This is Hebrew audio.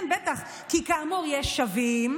כן, בטח, כי כאמור, יש שווים,